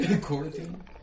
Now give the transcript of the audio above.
Quarantine